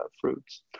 fruits